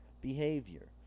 behavior